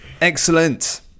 excellent